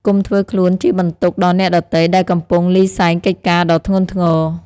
កុំធ្វើខ្លួនជាបន្ទុកដល់អ្នកដទៃដែលកំពុងលីសែងកិច្ចការដ៏ធ្ងន់ធ្ងរ។